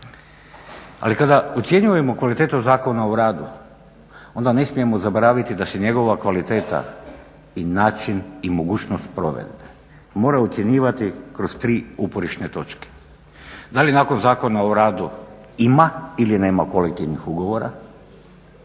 Ali kada ocjenjujemo kvalitetu Zakona o radu, onda ne smijemo zaboraviti da se njegova kvaliteta i način i mogućnost provedbe mora ocjenjivati kroz tri uporišne točke, da li nakon Zakona o radu ima ili nema kolektivnih ugovora,